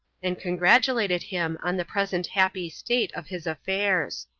and congratulated him on the present happy state of his affairs.